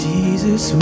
Jesus